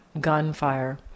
gunfire